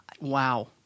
Wow